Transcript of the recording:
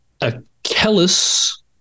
Achilles